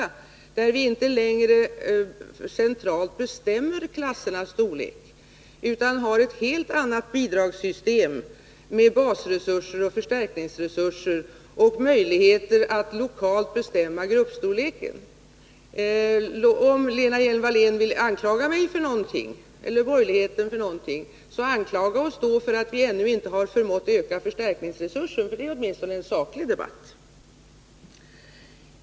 Vi bestämmer inte längre centralt klassernas storlek utan har ett helt annat bidragssystem med basresurser och förstärkningsresurser och möjligheter att lokalt bestämma gruppstorleken. Om Lena Hjelm-Wallén vill anklaga mig eller borgerligheten för någonting, så anklaga oss för att vi ännu inte förmått öka förstärkningsresursen, för då blir det åtminstone en saklig debatt.